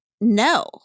no